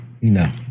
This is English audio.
No